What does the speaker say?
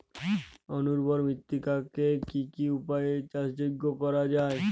অনুর্বর মৃত্তিকাকে কি কি উপায়ে চাষযোগ্য করা যায়?